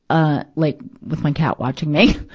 ah, like, with my cat watching me,